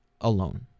alone